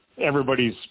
everybody's